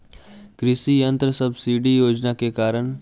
कृषि यंत्र सब्सिडी योजना के कारण?